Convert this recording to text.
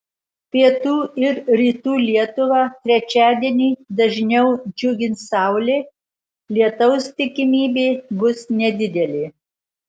pietų ir rytų lietuvą trečiadienį dažniau džiugins saulė lietaus tikimybė bus nedidelė